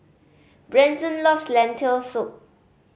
Branson loves Lentil Soup